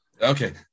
Okay